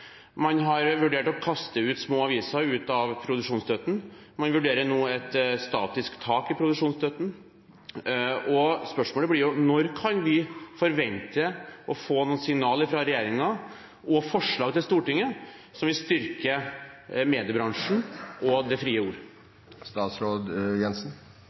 Man har vurdert å kaste små aviser ut av produksjonsstøtten, man vurderer nå et statisk tak i produksjonsstøtten. Spørsmålet blir: Når kan vi forvente å få noen signaler fra regjeringen og forslag til Stortinget som vil styrke mediebransjen og det frie